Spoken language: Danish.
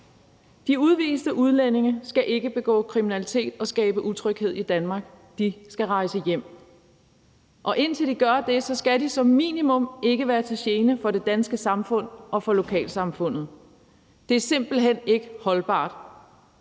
De udviste udlændinge skal ikke begå kriminalitet og skabe utryghed i Danmark; de skal rejse hjem. Indtil de gør det, skal de som minimum ikke være til gene for det danske samfund og for lokalsamfundet. Det er simpelt hen ikke holdbart.